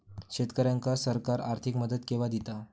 शेतकऱ्यांका सरकार आर्थिक मदत केवा दिता?